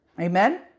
amen